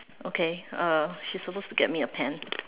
okay uh she's supposed to get me a pen